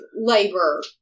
labor